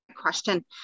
question